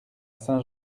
saint